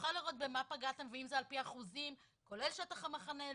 נוכל לראות במה פגעתם ואם זה לפי אחוזים כולל שטח המחנה,